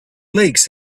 lakes